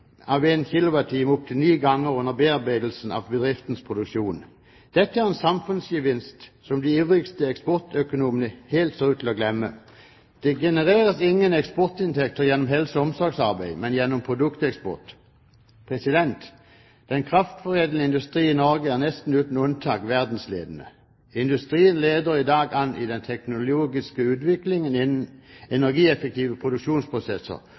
av 1 kWh opp til ni ganger under bearbeidelsen av bedriftenes produksjon. Dette er en samfunnsgevinst som de ivrigste eksportøkonomene helt ser ut til å glemme. Det genereres ingen eksportinntekt gjennom helse- og omsorgsarbeid, men gjennom produkteksport. Den kraftforedlende industrien i Norge er nesten uten unntak verdensledende. Industrien leder i dag an i den teknologiske utviklingen innen energieffektive produksjonsprosesser